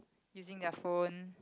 using their phone